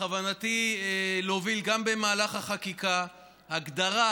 בכוונתי להוביל גם במהלך החקיקה הגדרה